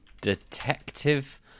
Detective